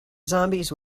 zombies